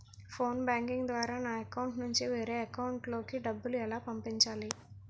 Phone banking ద్వారా నా account నుంచి వేరే అకౌంట్ లోకి డబ్బులు ఎలా పంపించాలి?